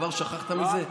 כבר שכחת מזה?